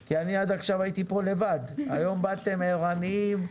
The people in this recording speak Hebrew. כי עד עכשיו הייתי כאן לבד אבל היום באתם ערניים.